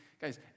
Guys